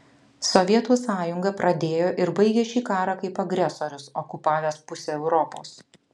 sovietų sąjunga pradėjo ir baigė šį karą kaip agresorius okupavęs pusę europos